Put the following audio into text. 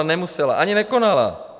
Nemusela, ani nekonala.